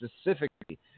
specifically